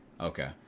okay